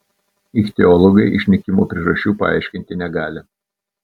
ichtiologai išnykimo priežasčių paaiškinti negali